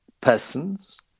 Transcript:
persons